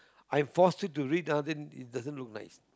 I force you to read ah then it doesn't look nice